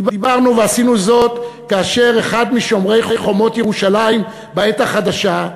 דיברנו ועשינו זאת כאשר אחד משומרי חומות ירושלים בעת החדשה,